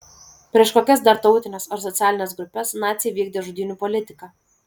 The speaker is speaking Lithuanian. prieš kokias dar tautines ar socialines grupes naciai vykdė žudynių politiką